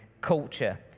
culture